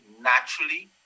naturally